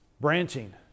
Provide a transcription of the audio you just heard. Branching